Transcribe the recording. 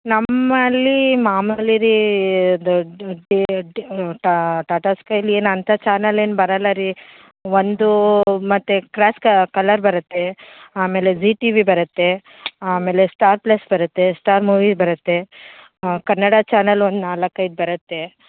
ನಮ್ಮಲ್ಲಿ ಮಾಮೂಲಿ ರೀ ಅದು ಟಾಟಾ ಸ್ಕೈಲಿ ಏನು ಅಂಥ ಚಾನಲ್ ಏನೂ ಬರೋಲ್ಲ ರೀ ಒಂದು ಮತ್ತೆ ಕ್ರಾಸ್ಕ ಕಲರ್ ಬರುತ್ತೆ ಆಮೇಲೆ ಜೀ ಟಿ ವಿ ಬರುತ್ತೆ ಆಮೇಲೆ ಸ್ಟಾರ್ ಪ್ಲಸ್ ಬರುತ್ತೆ ಸ್ಟಾರ್ ಮೂವಿ ಬರುತ್ತೆ ಕನ್ನಡ ಚಾನಲ್ ಒಂದು ನಾಲ್ಕೈದು ಬರುತ್ತೆ